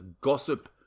gossip